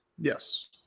Yes